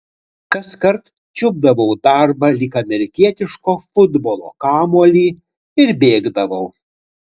kaskart čiupdavau darbą lyg amerikietiško futbolo kamuolį ir bėgdavau